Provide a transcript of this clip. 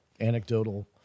anecdotal